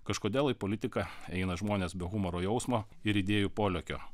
kažkodėl į politiką eina žmonės be humoro jausmo ir idėjų polėkio